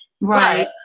Right